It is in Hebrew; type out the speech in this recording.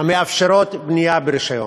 המאפשרות בנייה ברישיון.